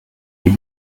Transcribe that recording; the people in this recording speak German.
die